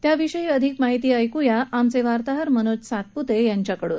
याविषयी अधिक माहिती ऐक्रया आमचे वार्ताहर मनोज सातपूते यांच्याकडून